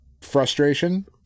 frustration